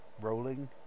rolling